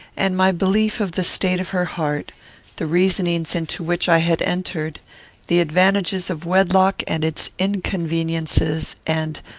and my belief of the state of her heart the reasonings into which i had entered the advantages of wedlock and its inconveniences and,